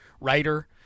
writer